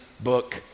book